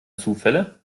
zufälle